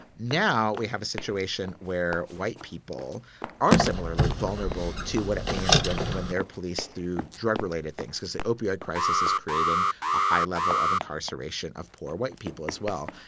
now we have a situation where white people are similarly vulnerable to what it means when when they're police through drug related things, because the opioid crisis is creating a high level of incarceration of poor white people as well.